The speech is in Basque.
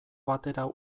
batera